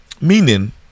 Meaning